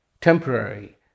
temporary